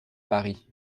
paris